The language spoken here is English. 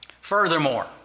Furthermore